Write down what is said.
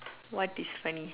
what is funny